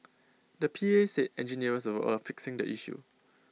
the P A said engineers were A fixing the issue